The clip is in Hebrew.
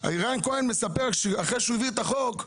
רן כהן מספר שאחרי שהוא העביר את החוק,